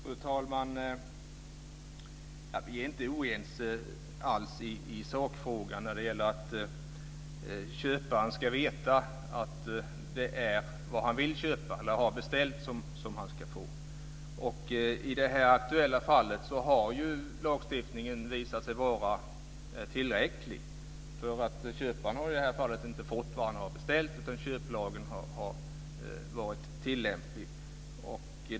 Fru talman! Vi är inte alls oense i sakfrågan om att köparen ska veta att det är vad han vill köpa eller har beställt som han ska få. I det aktuella fallet har lagstiftningen visat sig vara tillräcklig. Köparen har i det här fallet inte fått vad han har beställt, utan köplagen har varit tillämplig.